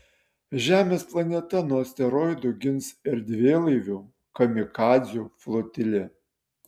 žemės planetą nuo asteroidų gins erdvėlaivių kamikadzių flotilė